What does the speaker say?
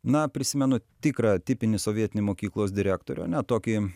na prisimenu tikrą tipinį sovietinį mokyklos direktorių ane tokį